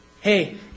hey